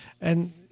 And-